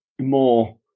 more